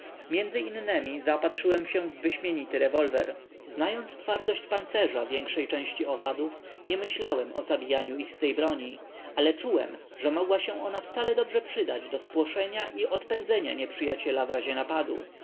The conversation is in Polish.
między innemi zaopatrzyłem się w wyśmienity rewolwer znając twardość pancerza większej części owadów nie myślałem o zabijaniu ich z tej broni ale czułem że mogła się ona wcale dobrze przydać do spłoszenia i odpędzenia nieprzyjaciela w razie napadu